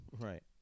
Right